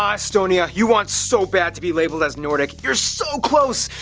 um estonia, you want so bad to be labeled as nordic. you're so close.